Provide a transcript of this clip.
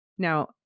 Now